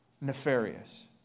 nefarious